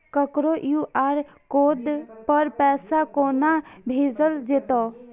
ककरो QR code पर पैसा कोना भेजल जेतै?